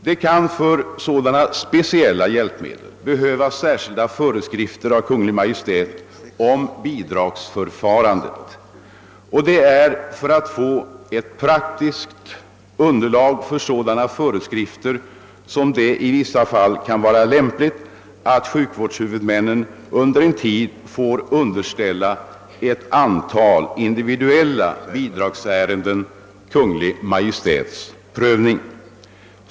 Då det gäller sådana speciella hjälpmedel kan det behövas särskilda föreskrifter av Kungl. Maj:t om bidragsförfarandet, och det är för att få ett praktiskt underlag för sådana föreskrifter som det i vissa fall kan vara lämpligt att sjukvårdshuvudmännen under en tid får underställa ett antal individuella bidragsärenden Kungl. Maj:ts prövning.